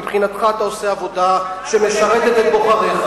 מבחינתך אתה עושה עבודה שמשרתת את בוחריך,